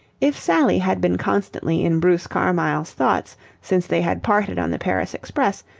if sally had been constantly in bruce carmyle's thoughts since they had parted on the paris express,